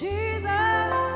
Jesus